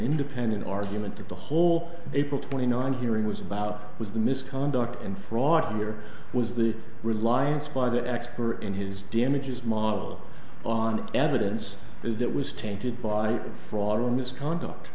independent argument that the whole april twenty ninth hearing was about was the misconduct and fraud and there was the reliance by the expert and his damages model on evidence is that was tainted by fraud or misconduct